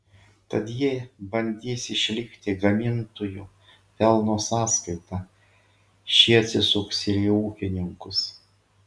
tad jie bandys išlikti gamintojų pelno sąskaita šie atsisuks ir į ūkininkus